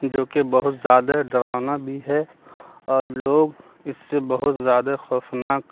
جو کہ بہت زیادہ ڈراؤنا بھی ہے اور لوگ اس سے بہت زیادہ خوفناک